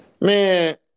man